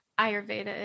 Ayurveda